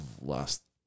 lost